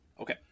okay